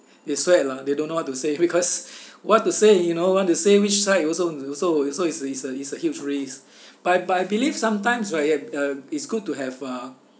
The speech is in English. they sweat lah they don't know what to say because what to say you know want to say which side you also you also also it's a it's a it's a huge risk but but I believe sometimes right uh it's good to have uh